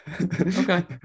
Okay